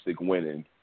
winning